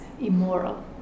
immoral